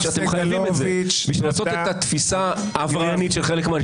כדי לעשות את התפיסה העבריינית של חלק מהאנשים,